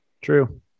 True